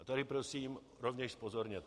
A tady prosím rovněž zpozorněte.